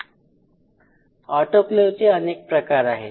ऑटोक्लेवचे अनेक प्रकार आहे